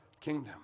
kingdom